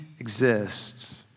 exists